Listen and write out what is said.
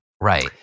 right